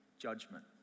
judgment